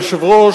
אדוני היושב-ראש,